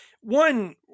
one